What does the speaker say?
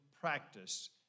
practice